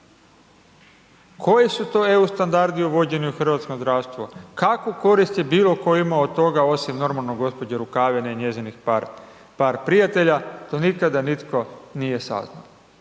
Koji su to EU standardi uvođeni u hrvatsko zdravstvo, kakvu korist bilo tko ima od toga osim normalno gospođe Rukavine i njezinih par, par prijatelja to nikada nitko nije saznao.